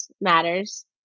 matters